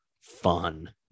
fun